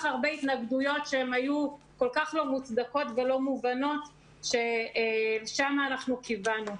הרבה התנגדויות שהיו כל כך לא מוצדקות ולא מובנות שלשם אנחנו כיוונו.